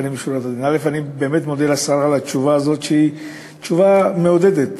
אני מודה לשרה על התשובה הזאת, שהיא תשובה מעודדת.